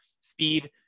Speed